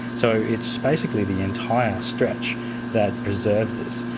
so it's basically the entire stretch that preserves this.